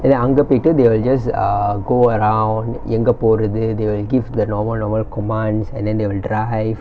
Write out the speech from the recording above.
and then அங்க போய்ட்டு:anga poyittu they will just err go around எங்க போறது:enga porathu they will give the normal normal commands and then they will drive